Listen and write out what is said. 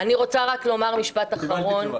אני רוצה רק לומר משפט אחרון -- קיבלתי תשובה.